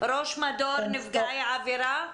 ראש מדור נפגעי עבירה.